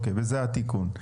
זה התיקון.